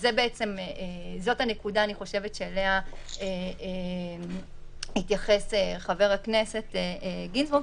זאת הנקודה שאני חושבת שאליה התייחס חבר הכנסת גינזבורג.